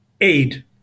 aid